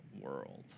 world